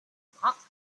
parked